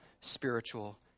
spiritual